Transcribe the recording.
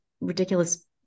ridiculous